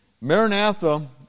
Maranatha